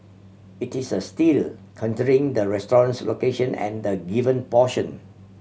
it is a steal the restaurant's location and the given portion